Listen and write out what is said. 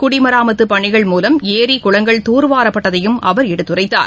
குடிமராமத்துப்பணிகள் மூலம் ஏரி குளங்கள் தூர்வாரப்பட்டதையும் அவர் எடுத்துரைத்தார்